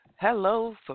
Hello